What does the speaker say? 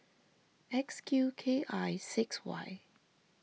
X Q K I six Y